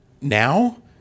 Now